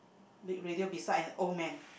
big radio beside an old man